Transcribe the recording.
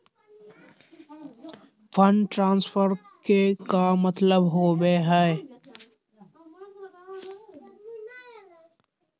Fund transfer के का मतलब होव हई?